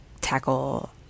tackle